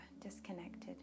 disconnected